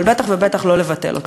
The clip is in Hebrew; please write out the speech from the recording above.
אבל בטח ובטח לא לבטל אותו.